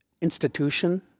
institution